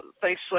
Thanks